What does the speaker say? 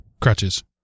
crutches